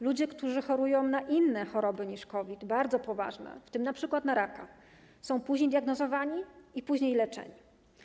Ludzie, którzy chorują na inne choroby niż COVID, bardzo poważne, w tym np. na raka, są później diagnozowani i później leczeni.